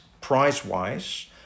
price-wise